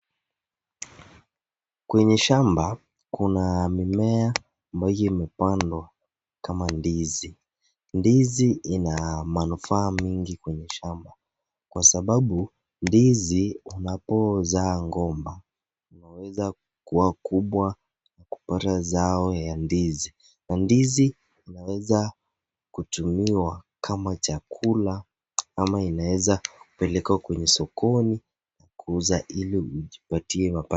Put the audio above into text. Kwenye shamba kuna mimea ambayo imepandwa kama ndizi. Ndizi ina manufaa mingi kwenye shamba, kwa sababu ndizi unapozaa ngomba unaweza kua kubwa na kupata zao ya ndizi. Na ndizi inaweza kutumiwa kama chakula ama inaweza pelekwa kwenye sokoni na kuuza ili ujipatie mapato.